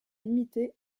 limitée